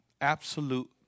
absolute